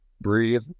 breathe